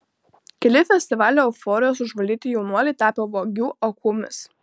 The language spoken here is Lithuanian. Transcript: keli festivalio euforijos užvaldyti jaunuoliai tapo vagių aukomis